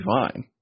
fine